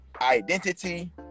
identity